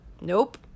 nope